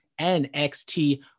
NXT